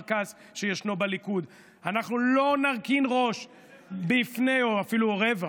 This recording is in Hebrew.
השר כץ, שישנו בליכוד, או אפילו רבע.